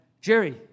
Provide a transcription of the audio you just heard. Jerry